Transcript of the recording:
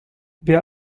wir